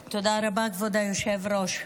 תודה, כבוד היושב-ראש.